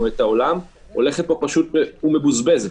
את העולם בעניין החיסונים פשוט מבוזבז פה.